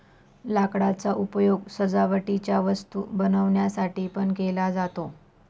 लाकडाचा उपयोग सजावटीच्या वस्तू बनवण्यासाठी पण केला जातो